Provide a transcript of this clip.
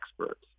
experts